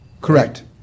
Correct